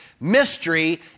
Mystery